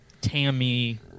Tammy